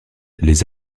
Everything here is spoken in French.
les